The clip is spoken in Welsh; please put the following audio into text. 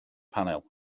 panel